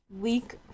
leak